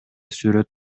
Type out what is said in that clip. сүрөт